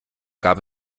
gab